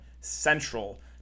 central